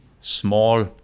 small